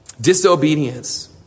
disobedience